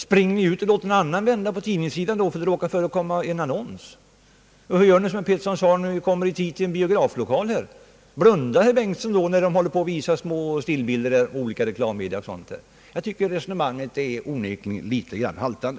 Springer han ut och låter någon annan vända på bladet för att där råkar förekomma en annons? Och hur gör herr Bengtson när han kommer i tid till en biograflokal? Blundar han när det visas reklambilder? Jag tycker att hans resonemang onekligen är en aning haltande.